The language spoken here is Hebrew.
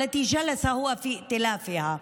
אשר הוא ישב בקואליציה שלה.